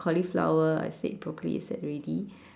cauliflower I said broccoli I said already